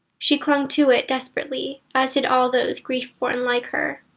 she clung to it desperately, as did all those grief born like her.